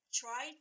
try